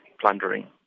plundering